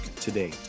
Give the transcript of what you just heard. today